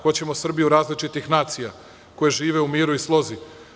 Hoćemo Srbiju različitih nacija koje žive u miru i slozi.